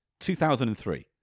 2003